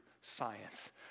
science